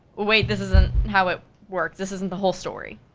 wait, this isn't how it works, this isn't the whole story.